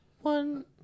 one